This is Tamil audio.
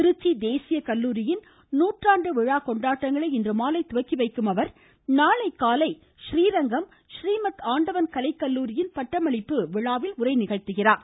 திருச்சி தேசிய கல்லூரியின் நூற்றாண்டு விழா கொண்டாட்டங்களை இன்றுமாலை துவக்கி வைக்கும் அவர் நாளை காலை றீரங்கம் றீமத் ஆண்டவன் கலைக்கல்லூரியில் பட்டமளிப்பு உரை நிகழ்த்துகிறார்